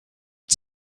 its